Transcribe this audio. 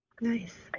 Nice